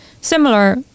similar